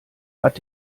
hat